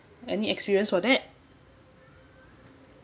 any experience for that